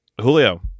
Julio